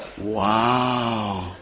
wow